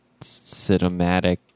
cinematic